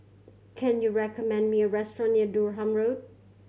can you recommend me a restaurant near Durham Road